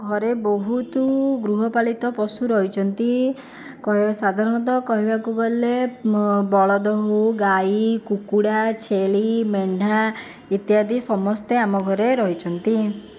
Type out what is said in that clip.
ଘରେ ବହୁତ ଗୃହପାଳିତ ପଶୁ ରହିଛନ୍ତି କହିବା ସାଧାରଣତଃ କହିବାକୁ ଗଲେ ବଳଦ ହେଉ ଗାଈ କୁକୁଡ଼ା ଛେଳି ମେଣ୍ଢା ଇତ୍ୟାଦି ସମସ୍ତେ ଆମ ଘରେ ରହିଛନ୍ତି